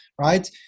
right